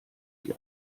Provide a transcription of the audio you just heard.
die